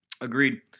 Agreed